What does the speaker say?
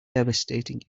devastating